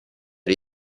gli